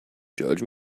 judge